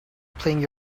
playing